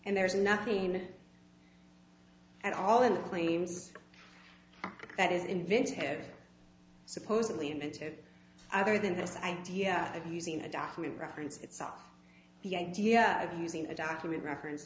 and there's nothing at all in the claims that is inventive supposedly inventive other than this idea of using a document reference itself the idea of using a document reference